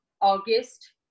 August